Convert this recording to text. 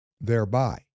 thereby